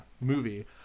movie